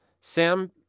Sam